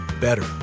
better